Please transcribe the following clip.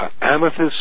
amethyst